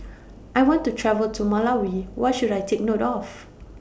I want to travel to Malawi What should I Take note of